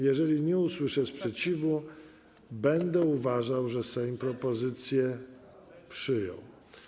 Jeżeli nie usłyszę sprzeciwu, będę uważał, że Sejm propozycje przyjął.